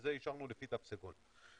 אישרנו לפי תו סגול.